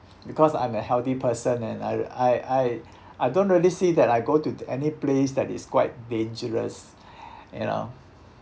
because I'm a healthy person and I I I I don't really see that I go to th~ any place that is quite dangerous you know